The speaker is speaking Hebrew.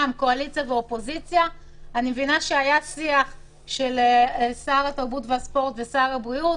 אני מבינה שהיה שיח בין שר התרבות והספורט ושר הבריאות,